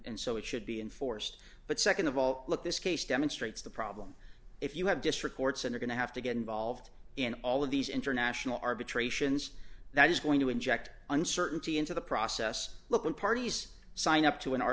and so it should be enforced but nd of all look this case demonstrates the problem if you have district courts and are going to have to get involved in all of these international arbitrations that is going to inject uncertainty into the process look at parties sign up to an